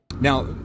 Now